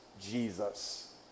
Jesus